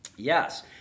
Yes